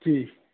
কি